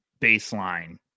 baseline